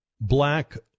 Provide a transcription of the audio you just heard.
black